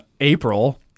April